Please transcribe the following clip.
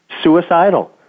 suicidal